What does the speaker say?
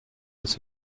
als